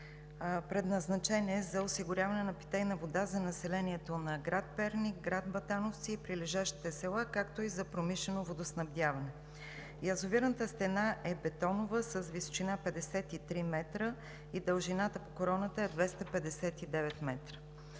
Предназначен е за осигуряване на питейна вода за населението на град Перник, град Батановци и прилежащите села, както и за промишлено водоснабдяване. Язовирната стена е бетонова с височина 53 м и дължина по короната 259 м.